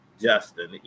justin